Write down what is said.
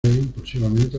impulsivamente